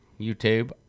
YouTube